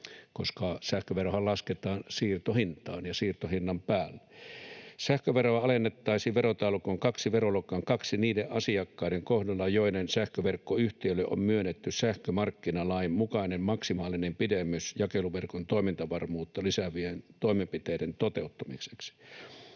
koska sähköverohan lasketaan siirtohintaan ja siirtohinnan päälle. Sähköveroa alennettaisiin verotaulukon 2 veroluokkaan II niiden asiakkaiden kohdalla, joiden sähköverkkoyhtiöille on myönnetty sähkömarkkinalain mukainen maksimaalinen pidennys jakeluverkon toimintavarmuutta lisäävien toimenpiteiden toteuttamiseksi.